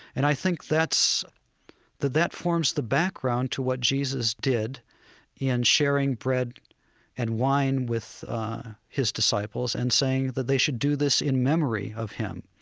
and i think that that forms the background to what jesus did in sharing bread and wine with his disciples and saying that they should do this in memory of him.